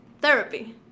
therapy